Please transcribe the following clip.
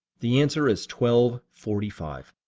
the answer is twelve forty five